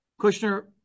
Kushner